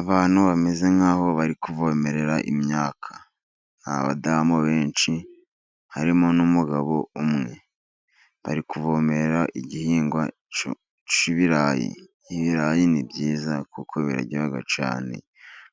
Abantu bameze nkaho bari kuvomerera imyaka ni badamu benshi, harimo n'umugabo umwe, bari kuvomera igihingwa cy'ibirayi. Ibirayi ni byiza kuko biraryoha cyan.